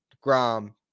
Grom